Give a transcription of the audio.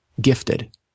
gifted